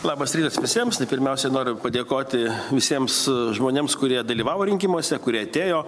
labas rytas visiems tai pirmiausia noriu padėkoti visiems žmonėms kurie dalyvavo rinkimuose kurie atėjo